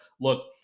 Look